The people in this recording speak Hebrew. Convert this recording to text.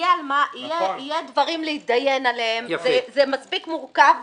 יהיו הרבה דברים להתדיין עליהם וזה מספיק מורכב.